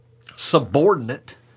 subordinate